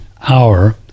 hour